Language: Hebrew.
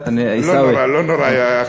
אני, עיסאווי, לא נורא, לא נורא.